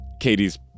katie's